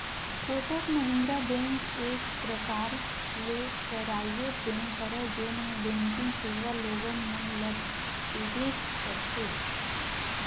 Kotak Mahindra bank एक परकार ले पराइवेट बेंक हरय जेनहा बेंकिग सेवा लोगन मन ल देबेंच करथे